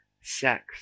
sex